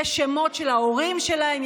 יש שמות של ההורים שלהם,